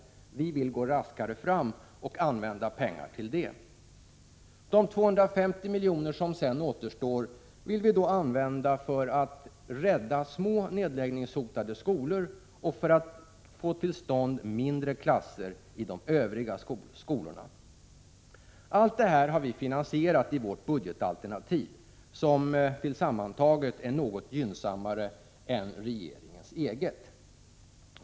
Vi vill emellertid gå raskare fram och använda pengar till detta. De 250 milj.kr. som sedan återstår vill vi använda för att rädda små nedläggningshotade skolor och för att få till stånd mindre klasser i de övriga skolorna. Allt detta har vi finansierat i vårt budgetalternativ, som sammantaget är något gynnsammare än regeringens eget.